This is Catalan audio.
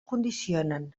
condicionen